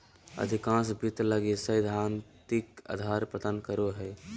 अधिकांश वित्त लगी सैद्धांतिक आधार प्रदान करो हइ